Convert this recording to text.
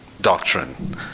Doctrine